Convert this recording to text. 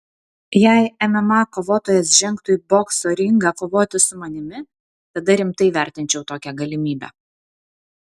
jei mma kovotojas žengtų į bokso ringą kovoti su manimi tada rimtai vertinčiau tokią galimybę